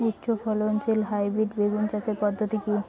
উচ্চ ফলনশীল হাইব্রিড বেগুন চাষের পদ্ধতি কী?